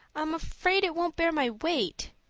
i'm afraid it won't bear my weight,